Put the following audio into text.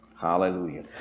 Hallelujah